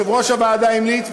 יושב-ראש הוועדה המליץ,